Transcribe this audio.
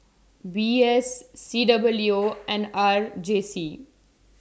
V S C W and R J C